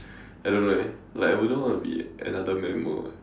I don't know eh like I wouldn't want to be another mammal eh